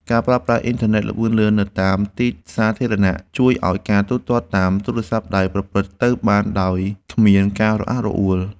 ការប្រើប្រាស់អ៊ីនធឺណិតល្បឿនលឿននៅតាមទីសាធារណៈជួយឱ្យការទូទាត់តាមទូរស័ព្ទដៃប្រព្រឹត្តទៅបានដោយគ្មានការរអាក់រអួល។